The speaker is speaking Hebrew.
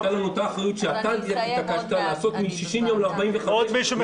היתה לנו אותה אחריות שאתה התעקשת להפוך מ-60 יום ל-45 יום.